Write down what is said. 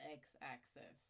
x-axis